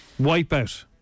Wipeout